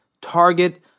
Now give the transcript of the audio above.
target